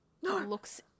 looks